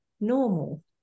normal